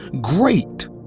Great